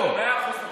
בבקשה.